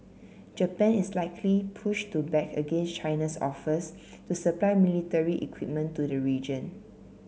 Japan is likely push to back against China's offers to supply military equipment to the region